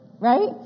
right